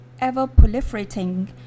ever-proliferating